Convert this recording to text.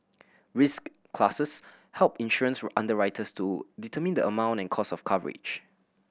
risk classes help insurance underwriters to determine the amount and cost of coverage